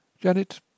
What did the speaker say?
Janet